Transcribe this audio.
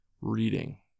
reading